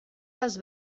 les